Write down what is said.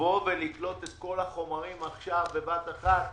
לבוא ולתלות את כל החומרים עכשיו בבת אחת,